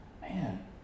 man